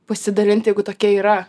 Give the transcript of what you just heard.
pasidalinti jeigu tokia yra